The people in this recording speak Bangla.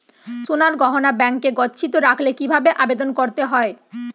সোনার গহনা ব্যাংকে গচ্ছিত রাখতে কি ভাবে আবেদন করতে হয়?